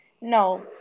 No